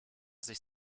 sich